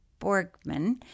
Borgman